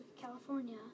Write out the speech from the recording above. California